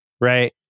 right